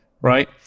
right